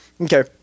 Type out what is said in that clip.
Okay